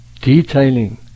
detailing